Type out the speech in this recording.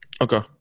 Okay